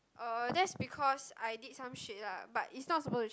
oh that's because I did some shit ah but it's not suppose to